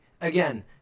Again